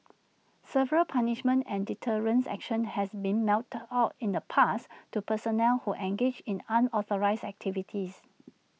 severe punishments and deterrence action has been meted out in the past to personnel who engaged in unauthorised activities